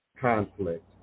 conflict